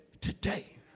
today